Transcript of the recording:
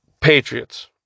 Patriots